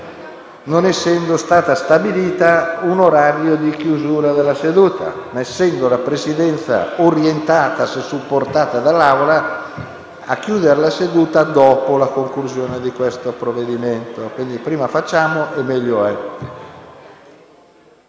Non essendo stato stabilito un orario di chiusura della seduta, ma essendo la Presidenza orientata - se supportata dall'Assemblea - a chiudere la seduta dopo la conclusione di questo provvedimento, prima facciamo, meglio è.